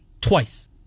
twice